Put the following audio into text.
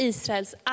Israels